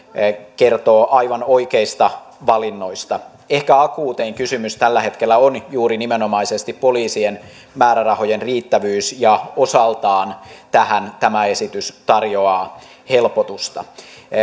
kertovat aivan oikeista valinnoista ehkä akuutein kysymys tällä hetkellä on juuri nimenomaisesti poliisien määrärahojen riittävyys ja osaltaan tähän tämä esitys tarjoaa helpotusta